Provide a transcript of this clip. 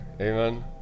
Amen